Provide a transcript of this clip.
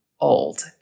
old